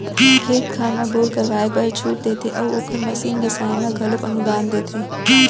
खेत खार म बोर करवाए बर छूट देते अउ ओखर मसीन बिसाए म घलोक अनुदान देथे